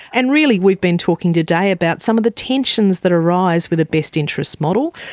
and really we've been talking today about some of the tensions that arise with a best interest model.